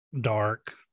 dark